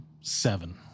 seven